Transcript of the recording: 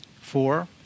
Four